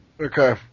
Okay